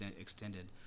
extended